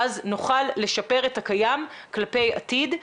נוכל לשפר את הקיים כלפי עתיד,